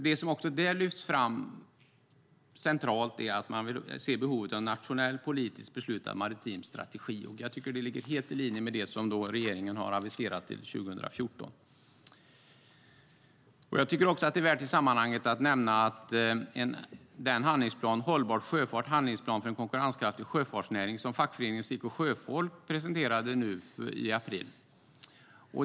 Det som också där lyfts fram centralt är att man ser behovet av en nationellt politiskt beslutad maritim strategi, och jag tycker att det ligger helt i linje med det som regeringen har aviserat till 2014. Jag tycker också att det i sammanhanget är värt att nämna den handlingsplan, Hållbar sjöfart - Handlingsplan för en konkurrenskraftig sjöfartsnäring , som fackföreningen Seko sjöfolk presenterade i april.